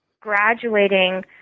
graduating